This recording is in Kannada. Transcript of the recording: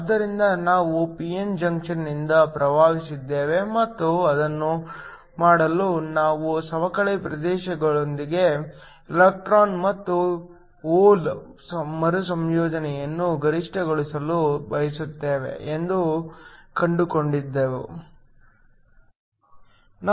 ಆದ್ದರಿಂದ ನಾವು p n ಜಂಕ್ಷನ್ನಿಂದ ಪ್ರಾರಂಭಿಸಿದ್ದೇವೆ ಮತ್ತು ಅದನ್ನು ಮಾಡಲು ನಾವು ಸವಕಳಿ ಪ್ರದೇಶದೊಳಗೆ ಎಲೆಕ್ಟ್ರಾನ್ ಮತ್ತು ಹೋಲ್ ಮರುಸಂಯೋಜನೆಯನ್ನು ಗರಿಷ್ಠಗೊಳಿಸಲು ಬಯಸುತ್ತೇವೆ ಎಂದು ಕಂಡುಕೊಂಡೆವು